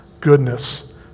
goodness